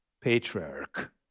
patriarch